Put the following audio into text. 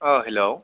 hello